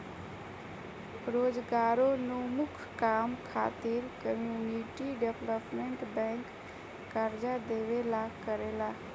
रोजगारोन्मुख काम खातिर कम्युनिटी डेवलपमेंट बैंक कर्जा देवेला करेला